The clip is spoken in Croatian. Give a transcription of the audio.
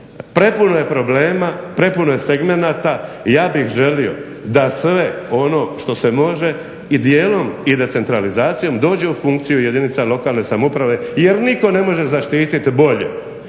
Prepuno je problema, prepuno je segmenata i ja bih želio da sve ono što se može i dijelom i decentralizacijom dođe u funkciju jedinica lokalne samouprave jer nitko ne može zaštiti bolje